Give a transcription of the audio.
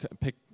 pick